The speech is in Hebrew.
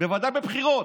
בוודאי בבחירות,